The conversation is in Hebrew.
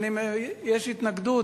יש התנגדות?